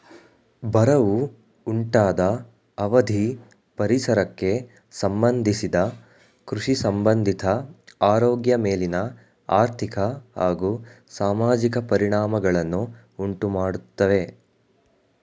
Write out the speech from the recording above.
ಬರವು ಉಂಟಾದ ಅವಧಿ ಪರಿಸರಕ್ಕೆ ಸಂಬಂಧಿಸಿದ ಕೃಷಿಸಂಬಂಧಿತ ಆರೋಗ್ಯ ಮೇಲಿನ ಆರ್ಥಿಕ ಹಾಗೂ ಸಾಮಾಜಿಕ ಪರಿಣಾಮಗಳನ್ನು ಉಂಟುಮಾಡ್ತವೆ